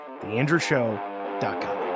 theandrewshow.com